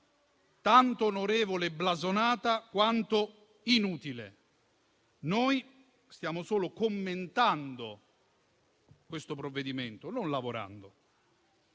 tanto onorevole e blasonata quanto inutile. Noi stiamo solo commentando il provvedimento in esame, non lavorando,